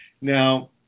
Now